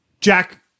Jack